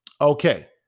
Okay